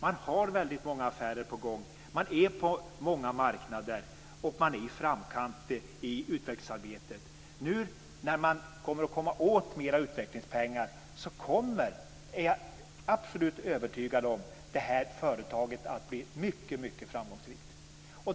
Man har många affärer på gång. Man är på många marknader, och man är i framkanten i utvecklingsarbetet. Nu när man kommer åt mer utvecklingspengar är jag absolut övertygad om att det här företaget kommer att bli mycket framgångsrikt.